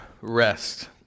rest